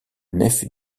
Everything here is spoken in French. nef